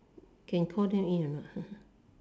can call them in or not